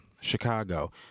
Chicago